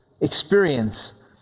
Experience